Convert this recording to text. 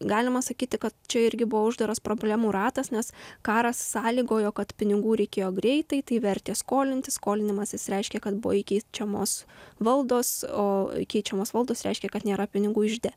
galima sakyti kad čia irgi buvo uždaras problemų ratas nes karas sąlygojo kad pinigų reikėjo greitai tai vertė skolintis skolinimasis reiškia kad buvo įkeičiamos valdos o keičiamos valdos reiškė kad nėra pinigų ižde